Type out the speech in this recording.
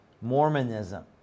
Mormonism